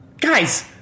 Guys